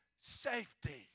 safety